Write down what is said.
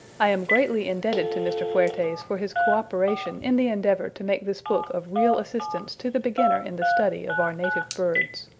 i am greatly indebted to mr. fuertes for his cooperation in the endeavor to make this book of real assistance to the beginner in the study of our native birds.